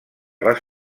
les